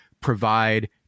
provide